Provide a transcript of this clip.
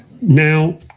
Now